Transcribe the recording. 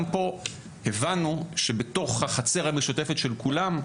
גם פה הבנו שבתוך החצר המשותפת של כולם,